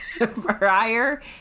prior